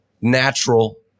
natural